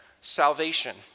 salvation